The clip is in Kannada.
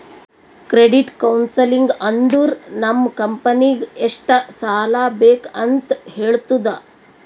ಕ್ರೆಡಿಟ್ ಕೌನ್ಸಲಿಂಗ್ ಅಂದುರ್ ನಮ್ ಕಂಪನಿಗ್ ಎಷ್ಟ ಸಾಲಾ ಬೇಕ್ ಅಂತ್ ಹೇಳ್ತುದ